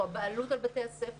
הוא הבעלות על בית הספר,